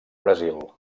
brasil